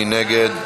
מי נגד?